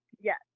Yes